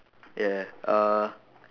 yeah uh